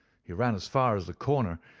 he ran as far as the corner,